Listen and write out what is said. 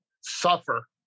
suffer